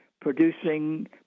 producing